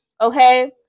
Okay